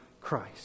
Christ